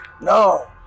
no